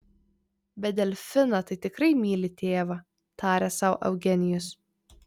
bet delfiną tai tikrai myli tėvą tarė sau eugenijus